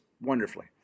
wonderfully